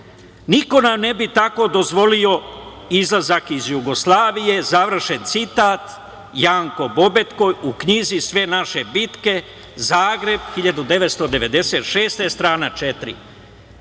Niko nam ne bi tako dozvolio izlazak iz Jugoslavije“, završen citat, Janko Bobetko u knjizi „Sve naše bitke“, Zagreb 1996, strana